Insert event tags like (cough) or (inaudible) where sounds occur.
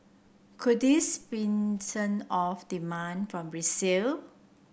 could this (unintelligible) off demand from resale